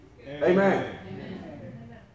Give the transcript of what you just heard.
Amen